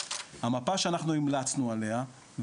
המפה שהמלצנו עליה,